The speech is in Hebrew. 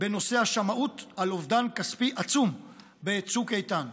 בנושא השמאות על אובדן כספי עצום בצוק איתן.